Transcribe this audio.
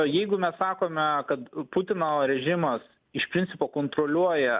jeigu mes sakome kad putino režimas iš principo kontroliuoja